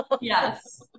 yes